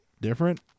different